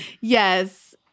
Yes